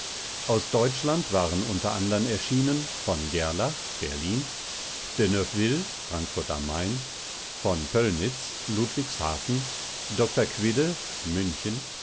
aus deutschland waren unter andern erschienen v gerlach berlin de neufville frankfurt a m v poellnitz ludwigshafen dr quidde